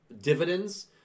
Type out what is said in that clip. dividends